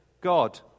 God